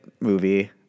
movie